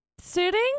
sitting